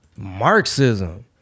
marxism